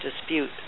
dispute